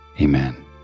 Amen